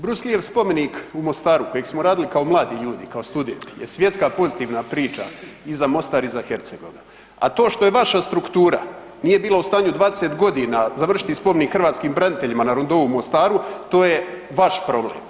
Bruce Leev spomenik u Mostaru kojeg smo radili kao mladi ljudi, kao studenti je svjetska pozitivna priča i za Mostar i za Hercegovinu, a to što je vaša struktura nije bila u stanju 20 godina završiti spomenik hrvatskim braniteljima na Rondou u Mostaru to je vaš problem.